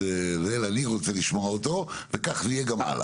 אני רוצה לשמוע אותו, וכך זה יהיה גם הלאה.